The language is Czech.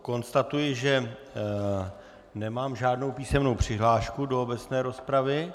Konstatuji, že nemám žádnou písemnou přihlášku do obecné rozpravy.